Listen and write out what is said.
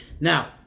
Now